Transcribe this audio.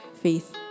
faith